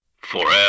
Forever